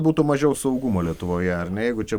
būtų mažiau saugumo lietuvoje ar ne jeigu čia